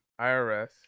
irs